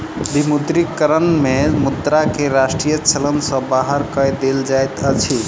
विमुद्रीकरण में मुद्रा के राष्ट्रीय चलन सॅ बाहर कय देल जाइत अछि